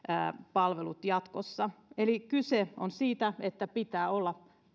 palvelut jatkossa eli kyse on siitä että pitää olla